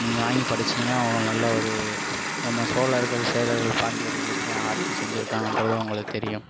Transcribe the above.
நீங்கள் வாங்கி படிச்சுங்கனா உங்களுக்கு நல்ல ஒரு நம்ம சோழர்கள் சேரர்கள் பாண்டியர்கள் எப்படி ஆட்சி செஞ்சுருக்காங்கன்றது உங்களுக்குத் தெரியும்